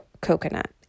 coconut